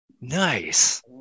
Nice